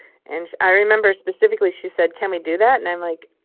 and i remember specifically, she said, can we do that? and i'm like,